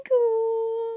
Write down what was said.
cool